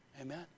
Amen